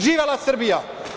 Živela Srbija.